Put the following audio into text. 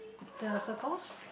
the circles